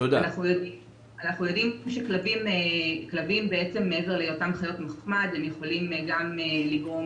אנחנו יודעים שכלבים בעצם מעבר להיותם חיות מחמד הם יכולים גם לגרום